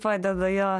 padeda jo